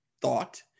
thought